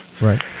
Right